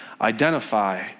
identify